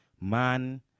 Man